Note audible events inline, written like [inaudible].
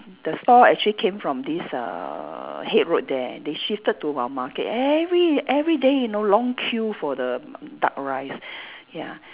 the store actually came from this uh Haig Road there they shifted to our market every everyday you know long queue for the [noise] duck rice ya